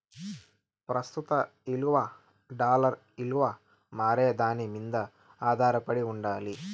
ప్రస్తుత ఇలువ డాలర్ ఇలువ మారేదాని మింద ఆదారపడి ఉండాలి